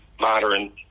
modern